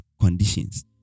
conditions